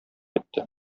итте